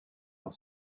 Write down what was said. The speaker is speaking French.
dans